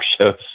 shows